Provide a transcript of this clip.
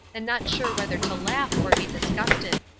and not sure whether to laugh or be disgusted.